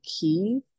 key